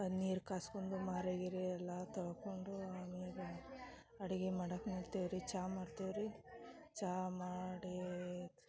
ನೀರು ಕಾಸ್ಕೊಂದು ಮಾರೆ ಗೀರೆ ಎಲ್ಲಾ ತೊಳ್ಕೊಂಡು ಅಮ್ಯಾಗ ಅಡಿಗೆ ಮಾಡಾಕೆ ನಿಲ್ತೇವೆ ರೀ ಚಾ ಮಾಡ್ತಿವೆ ರೀ ಚಾ ಮಾಡಿ